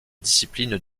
discipline